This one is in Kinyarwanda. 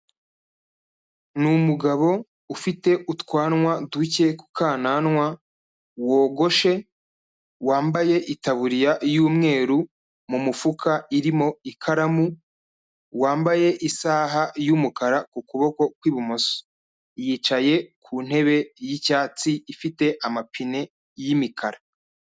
Ni umugabo ufite utwanwa duke ku kananwa wogoshe wambaye itaburiya y'umweru, mu mufuka irimo ikaramu, wambaye isaha y'umukara ku kuboko kw'ibumoso, yicaye ku ntebe y'icyatsi ifite amapine y'imikara.